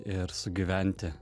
ir sugyventi